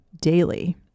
daily